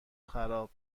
خراب